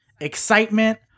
excitement